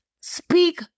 Speak